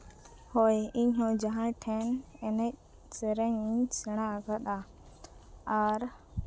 ᱦᱳᱭ ᱤᱧ ᱦᱚᱸ ᱡᱟᱦᱟᱸᱭ ᱴᱷᱮᱱ ᱮᱱᱮᱡ ᱥᱮᱨᱮᱧ ᱤᱧ ᱥᱮᱬᱟ ᱟᱠᱟᱫᱼᱟ ᱟᱨ